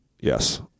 Yes